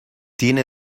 tiene